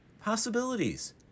possibilities